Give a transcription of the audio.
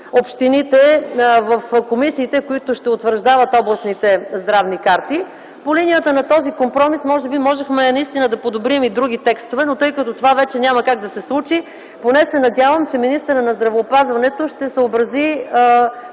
включат в комисиите, които ще утвърждават областните здравни карти. По линията на кози компромис може би наистина можехме да подобрим и други текстове, но тъй като това вече няма как да се случи, надявам се, че министърът на здравеопазването поне ще съобрази